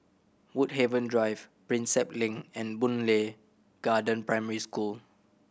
Woodhaven Drive Prinsep Link and Boon Lay Garden Primary School